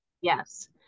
Yes